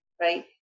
right